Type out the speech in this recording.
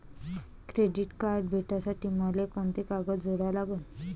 Credit card भेटासाठी मले कोंते कागद जोडा लागन?